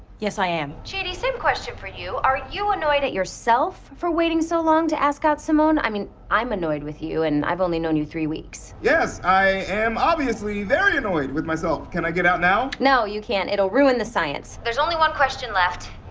yes, i am. chidi, same question for you. are you annoyed at yourself for waiting so long to ask out simone? i mean, i'm annoyed with you, and i've only known you three weeks. yes, i am obviously very annoyed with myself. can i get out now? no, you can't, it will ruin the science. there's only one question left.